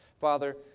Father